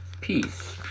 peace